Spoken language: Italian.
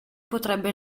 potrebbe